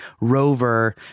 rover